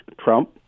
trump